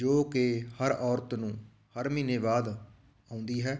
ਜੋ ਕਿ ਹਰ ਔਰਤ ਨੂੰ ਹਰ ਮਹੀਨੇ ਬਾਅਦ ਆਉਂਦੀ ਹੈ